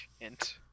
int